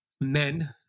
men